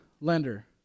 lender